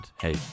hey